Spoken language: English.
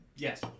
Yes